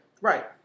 Right